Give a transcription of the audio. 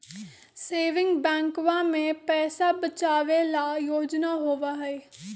saving बैंकवा में पैसा बचावे ला योजना होबा हई